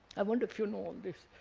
i wonder if you know all this.